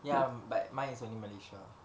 ya but mine is only malaysia